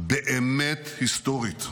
באמת היסטורית: